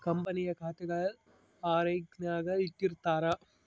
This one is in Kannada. ಕಂಪನಿಯ ಖಾತೆಗುಳ್ನ ಆರ್ಕೈವ್ನಾಗ ಇಟ್ಟಿರ್ತಾರ